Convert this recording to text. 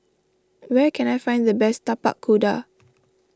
where can I find the best Tapak Kuda